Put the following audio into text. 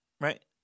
Right